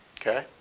Okay